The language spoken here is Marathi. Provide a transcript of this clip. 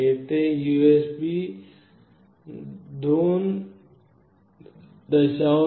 येथे एक USB 2